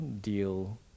deal